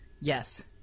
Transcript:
Yes